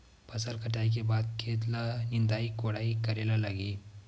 फसल कटाई के बाद खेत ल निंदाई कोडाई करेला लगही?